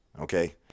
Okay